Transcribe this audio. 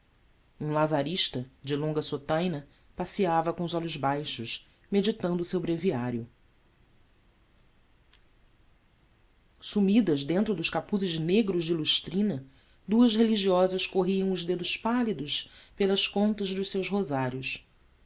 unção um lazarista de longa sotaina passeava com os ossos baixos meditando o seu breviário sumidas dentro dos capuzes negros de lustrina duas religiosas corriam os dedos pálidos pelas contas dos seus rosários